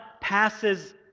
passes